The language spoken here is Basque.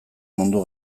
mundu